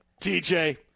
TJ